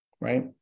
right